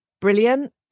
brilliant